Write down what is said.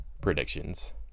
predictions